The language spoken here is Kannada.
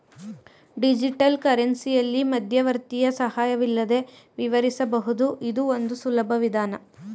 ಡಿಜಿಟಲ್ ಕರೆನ್ಸಿಯಲ್ಲಿ ಮಧ್ಯವರ್ತಿಯ ಸಹಾಯವಿಲ್ಲದೆ ವಿವರಿಸಬಹುದು ಇದು ಒಂದು ಸುಲಭ ವಿಧಾನ